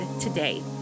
today